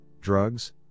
drugs